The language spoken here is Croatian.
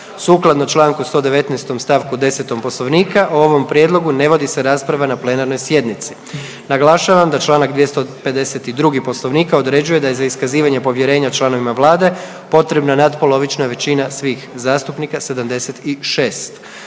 Sukladno čl. 119. st. 10. poslovnika o ovom prijedlogu se ne vodi rasprava na plenarnoj sjednici. Naglašavam da čl. 252. poslovnika određuje da je za iskazivanje povjerenja članovima vlade potrebna natpolovična većina svih zastupnika